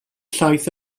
llaeth